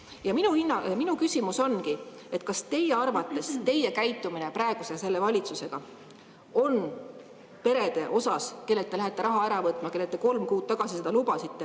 Minu küsimus ongi: kas teie arvates teie käitumine praeguse valitsusega on perede suhtes, kellelt te lähete raha ära võtma, kellele te kolm kuud tagasi seda lubasite,